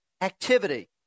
activity